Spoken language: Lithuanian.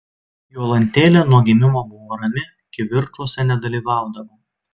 jolantėlė nuo gimimo buvo rami kivirčuose nedalyvaudavo